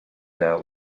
now